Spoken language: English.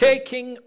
Taking